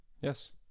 Yes